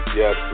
yes